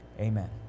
Amen